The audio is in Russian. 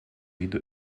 виду